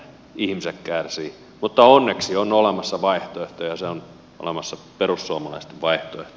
ihmiset kärsivät mutta onneksi on olemassa vaihtoehto ja se on perussuomalaisten vaihtoehto